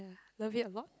love it a lot